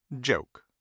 Joke